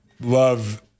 love